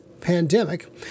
pandemic